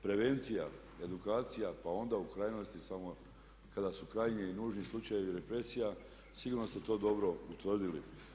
Prevencija, edukacija, pa onda u krajnosti samo kada su krajnji i nužni slučajevi represija sigurno ste to dobro utvrdili.